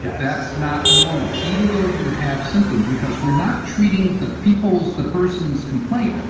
that's not normal, even though you have symptoms, because we're not treating the people's, the person's complaint,